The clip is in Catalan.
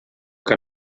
que